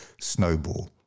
snowball